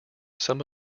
some